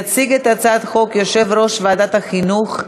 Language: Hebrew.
יציג את הצעת החוק יושב-ראש ועדת החינוך,